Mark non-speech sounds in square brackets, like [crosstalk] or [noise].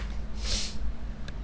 [breath]